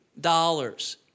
dollars